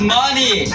money